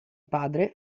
padre